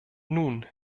nun